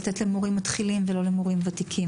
לתת למורים מתחילים ולא למורים ותיקים